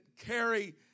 carry